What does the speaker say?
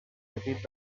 petit